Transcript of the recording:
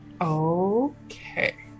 Okay